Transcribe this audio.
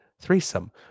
threesome